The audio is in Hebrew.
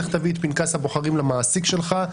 לך תביא את פנקס הבוחרים למעסיק שלך,